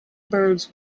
birds